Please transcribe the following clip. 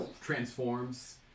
transforms